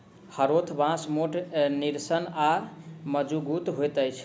हरोथ बाँस मोट, निस्सन आ मजगुत होइत अछि